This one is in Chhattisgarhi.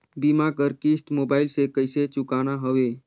बीमा कर किस्त मोबाइल से कइसे चुकाना हवे